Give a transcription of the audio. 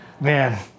Man